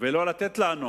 ולתת לנו